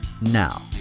Now